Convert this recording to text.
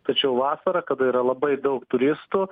tačiau vasarą kada yra labai daug turistų